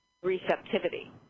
Receptivity